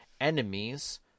enemies